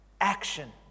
Action